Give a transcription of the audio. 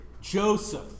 Joseph